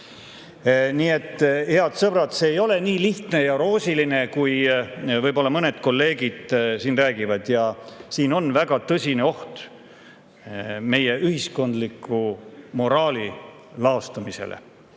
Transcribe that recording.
Nii et, head sõbrad, see ei ole nii lihtne ja roosiline, kui mõned kolleegid siin räägivad, ja siin on väga tõsine oht, et meie ühiskondlik moraal laostub.